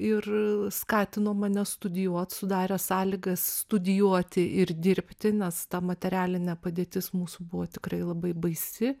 ir skatino mane studijuot sudarė sąlygas studijuoti ir dirbti nes ta materialinė padėtis mūsų buvo tikrai labai baisi